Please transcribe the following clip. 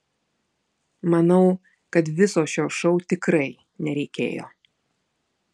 manau kad viso šio šou tikrai nereikėjo